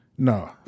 No